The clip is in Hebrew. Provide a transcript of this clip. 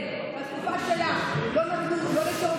בתקופה שלך לא נתנו לא לשרון